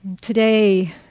today